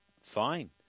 Fine